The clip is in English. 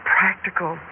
practical